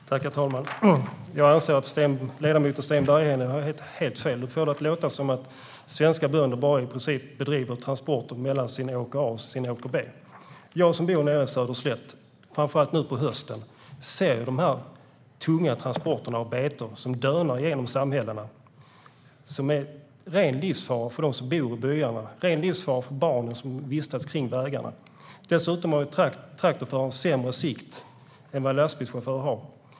Herr talman! Jag anser att ledamoten Sten Bergheden har helt fel. Han får det att låta som om svenska bönder i princip bara bedriver transporter mellan åker A och åker B. Jag som bor nere i Söderslätt ser, framför allt nu på hösten, de tunga transporterna med betor som dönar igenom samhällena och är en ren livsfara för dem som bor i byarna och för barn som vistas kring vägarna. Dessutom har traktorföraren sämre sikt än vad en lastbilschaufför har.